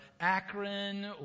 Akron